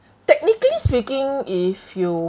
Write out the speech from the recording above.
technically speaking if you